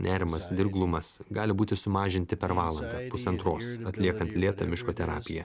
nerimas dirglumas gali būti sumažinti per valandą pusantros atliekant lėtą miško terapiją